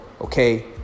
okay